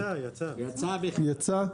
יצא, יצא.